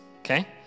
Okay